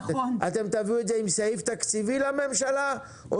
אתם תביאו את זה עם סעיף תקציבי לממשלה או